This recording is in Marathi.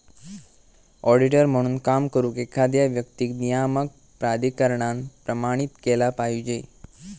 ऑडिटर म्हणून काम करुक, एखाद्या व्यक्तीक नियामक प्राधिकरणान प्रमाणित केला पाहिजे